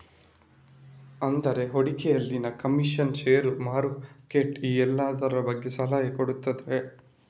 ಅಂದ್ರೆ ಹೂಡಿಕೆಯಲ್ಲಿನ commission, share, market ಈ ಎಲ್ಲದ್ರ ಬಗ್ಗೆ ಸಲಹೆ ಕೊಡ್ತಾರೆ